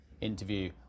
interview